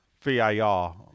VAR